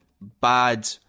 bad